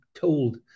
told